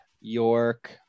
York